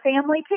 family